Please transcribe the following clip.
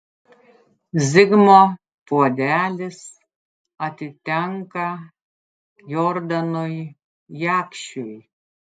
zigmo puodelis atitenka jordanui jakšiui